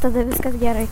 tada viskas gerai